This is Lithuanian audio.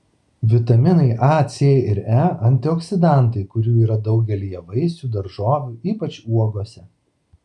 vitaminai a c ir e antioksidantai kurių yra daugelyje vaisių daržovių ypač uogose